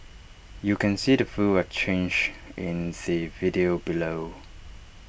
you can see the full exchange in the video below